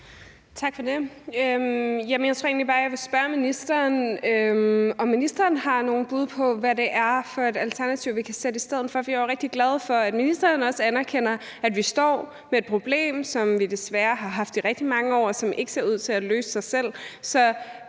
jeg vil spørge ministeren, om ministeren har nogen bud på, hvad det er for et alternativ, vi kan sætte i stedet. For vi er jo rigtig glade for, at ministeren også anerkender, at vi står med et problem, som vi desværre har haft i rigtig mange år, og som ikke ser ud til at løse sig selv.